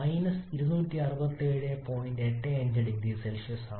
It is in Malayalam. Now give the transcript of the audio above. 85 0C ആണ്